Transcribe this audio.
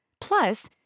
Plus